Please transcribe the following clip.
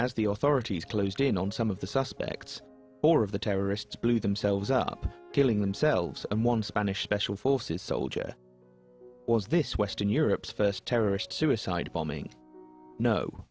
as the authorities closed in on some of the suspects or of the terrorists blew themselves up killing themselves and one spanish special forces soldier was this western europe's first terrorist suicide bombing no